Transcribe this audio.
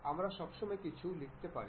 আমরা সবসময় কিছু লিখতে পারি